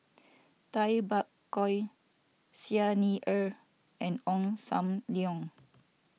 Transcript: Tay Bak Koi Xi Ni Er and Ong Sam Leong